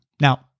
Now